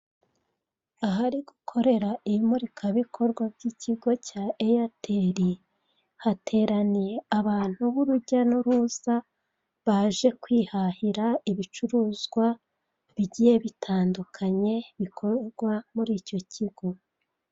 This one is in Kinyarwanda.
Ahari gukorera imurikabikorwa by'ikigo cya eyateri, hateraniye abantu b'urujya n'uruza baje kwihahira ibicuruzwa bigiye bitandukanye bikorerwa muri icyo kigo.